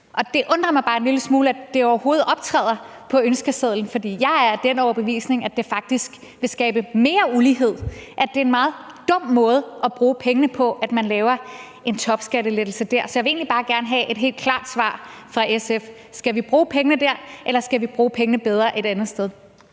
Det undrer mig bare en lille smule, at det overhovedet optræder på ønskesedlen, for jeg er af den overbevisning, at det faktisk vil skabe mere ulighed, at det er en meget dum måde at bruge pengene på at lave topskattelettelser. Så jeg vil egentlig bare gerne have et helt klart svar fra SF: Skal vi bruge pengene der, eller skal vi bruge pengene bedre et andet sted?